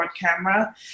camera